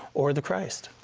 or the christ.